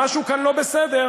משהו כאן לא בסדר.